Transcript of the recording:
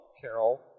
Carol